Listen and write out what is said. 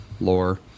lore